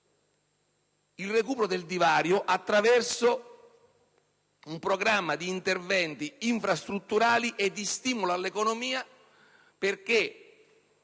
il recupero del divario attraverso un programma di interventi infrastrutturali e di stimolo all'economia.